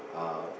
uh